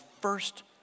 first